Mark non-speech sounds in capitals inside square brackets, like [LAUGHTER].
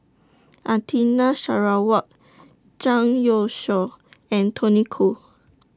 [UNINTELLIGIBLE] Sarawak Zhang Youshuo and Tony Khoo